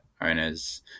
owners